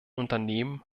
unternehmen